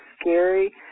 scary